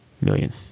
million